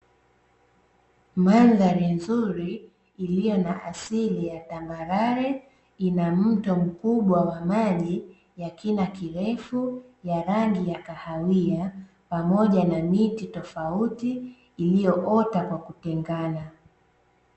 Mandhari nzuri iliyo na asili ya tambarare ina mto mkubwa wa maji ya kina kirefu ya rangi ya kahawia pamoja na miti tofauti iliyoota kwa kutengana.